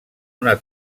una